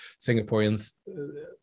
Singaporeans